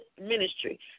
ministry